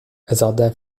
hasarda